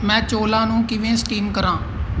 ਮੈਂ ਚੌਲ੍ਹਾਂ ਨੂੰ ਕਿਵੇਂ ਸਟੀਮ ਕਰਾਂ